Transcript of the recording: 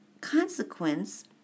consequence